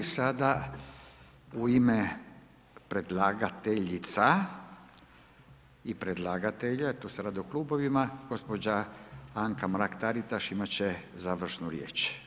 I sada u ime predlagateljica i predlagatelja jer tu se radi o klubovima gospođa Anka Mrak-TAritaš imat će završnu riječ.